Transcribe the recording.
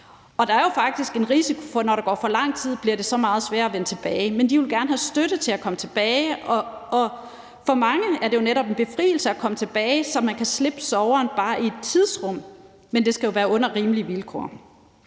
Og der er jo faktisk en risiko for, at når der går for lang tid, bliver det så meget sværere at vende tilbage, men de vil gerne have støtte til at komme tilbage. Og for mange er det netop en befrielse at komme tilbage, så man kan slippe sorgen bare i et tidsrum, men det skal jo være under rimelige vilkår.